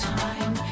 time